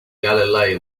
galilei